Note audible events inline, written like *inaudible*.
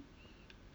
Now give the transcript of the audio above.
*breath*